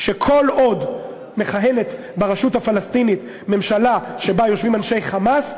שכל עוד מכהנת ברשות הפלסטינית ממשלה שבה יושבים אנשי "חמאס",